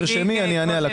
תרשמי אענה.